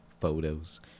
photos